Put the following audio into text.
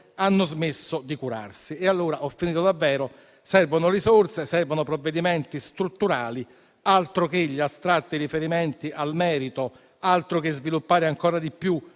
hanno smesso di curarsi. Allora - ho finito davvero - servono risorse, servono provvedimenti strutturali; altro che gli astratti riferimenti al merito, altro che sviluppare ancora di più